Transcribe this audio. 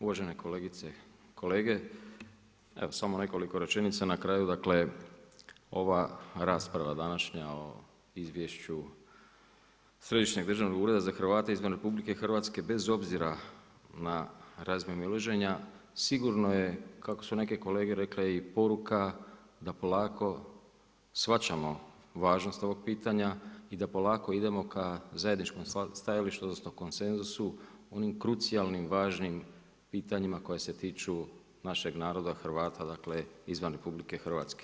Uvažene kolegice i kolege, evo samo nekoliko rečenica na kraju, dakle ova rasprava današnja o Izvješću Središnjeg državnog ureda za Hrvate izvan RH bez obzira na razmimoilaženja, sigurno je kako su neke kolege rekle, i poruka da polako shvaćamo važnost ovog pitanja i da polako idemo ka zajedničkom stajalištu odnosno konsenzusu, onim krucijalnim, važnim pitanjima koje se tiču našeg naroda Hrvata izvan RH.